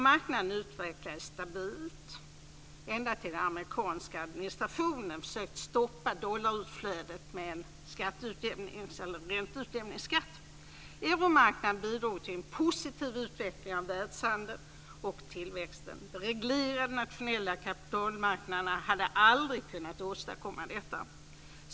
Marknaden utvecklades stabilt ända tills den amerikanska administrationen försökte stoppa dollarutflödet med en ränteutjämningsskatt. Euromarknaden bidrog till en positiv utveckling av världshandeln och tillväxten. De reglerade nationella kapitalmarknaderna hade aldrig kunnat åstadkomma detta.